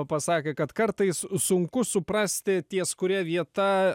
pasakė kad kartais sunku suprasti ties kuria vieta